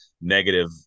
negative